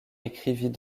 écrivit